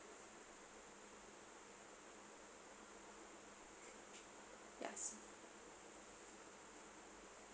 yes